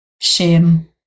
Shame